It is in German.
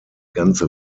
ganze